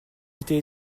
été